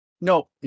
No